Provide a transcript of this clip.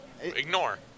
Ignore